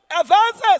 advances